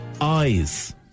eyes